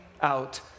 out